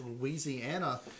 Louisiana